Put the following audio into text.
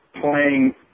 playing